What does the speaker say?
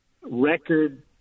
record